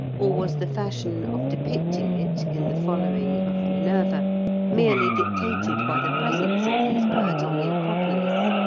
or was the fashion of depicting it in the following of minerva merely dictated by the presence of these birds on the akropolis?